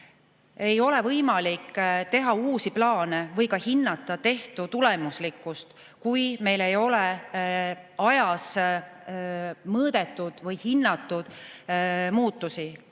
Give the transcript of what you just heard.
Ei ole võimalik teha uusi plaane või ka hinnata tehtu tulemuslikkust, kui meil ei ole ajas mõõdetud või hinnatud muutusi.